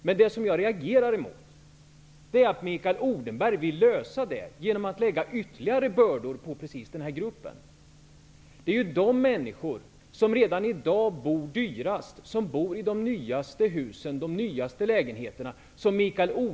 Men det jag rea gerar emot är att Mikael Odenberg vill lösa detta problem genom att lägga ytterligare bördor på just denna grupp. Det är de människor som redan i dag bor dyrast. De bor i de nyaste husen och i de nyaste lägenheterna.